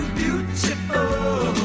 beautiful